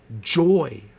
joy